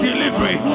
Delivery